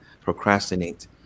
procrastinate